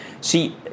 See